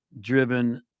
driven